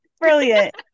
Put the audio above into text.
Brilliant